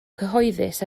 cyhoeddus